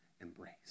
embrace